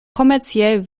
kommerziell